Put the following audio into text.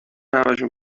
همشون